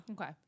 Okay